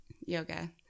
yoga